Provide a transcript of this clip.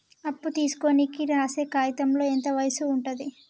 అప్పు తీసుకోనికి రాసే కాయితంలో ఎంత వయసు ఉంటది?